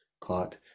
Caught